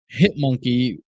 Hitmonkey